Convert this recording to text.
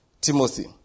Timothy